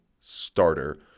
starter